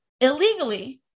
illegally